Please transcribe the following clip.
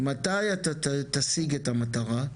מתי אתה תשיג את המטרה?